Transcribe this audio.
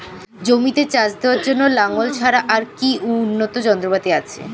জমিতে চাষ দেওয়ার জন্য লাঙ্গল ছাড়া আর কি উন্নত যন্ত্রপাতি আছে?